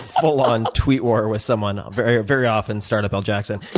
full on tweet war with someone, very very often startup l. jackson.